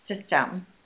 system